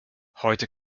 heute